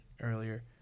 earlier